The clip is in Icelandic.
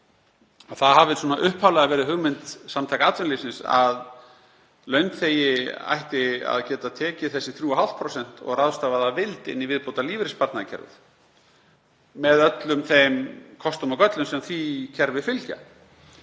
það hafi upphaflega verið hugmynd Samtaka atvinnulífsins að launþegi ætti að geta tekið þessi 3,5% og ráðstafað að vild í viðbótarlífeyrissparnaðarkerfið með öllum þeim kostum og göllum sem því kerfi fylgja.